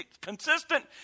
consistent